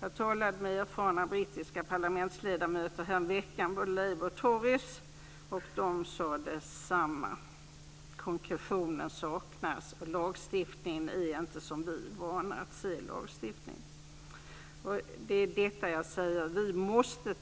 Jag talade med erfarna brittiska parlamentsledamöter härom veckan, både Labour och Tories, och de sade detsamma. Konkretionen saknas och lagstiftningen är inte som vi är vana att se lagstiftning. Det är detta jag säger: Vi måste